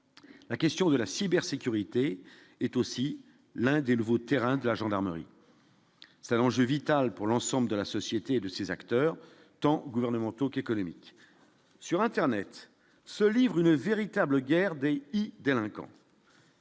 la question de la cybersécurité est aussi l'un des nouveaux terrains de la gendarmerie s'allonge, vital pour l'ensemble de la société et de ses acteurs tant gouvernementaux qu'économique sur Internet, se livrent une véritable guerre des délinquants.